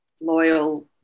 loyal